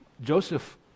Joseph